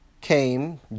came